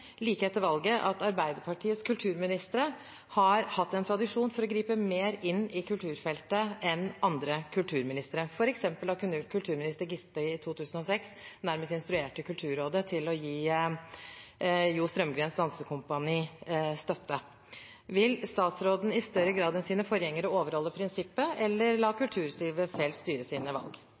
like etter valget at Arbeiderpartiets kulturministre har hatt en tradisjon for å gripe mer inn i kulturfeltet enn andre kulturministre, f.eks. da kulturminister Giske i 2006 nærmest instruerte Kulturrådet til å gi Jo Strømgrens dansekompani støtte. Vil statsråden i større grad enn sine forgjengere overholde prinsippet eller la kulturlivet selv styre sine valg?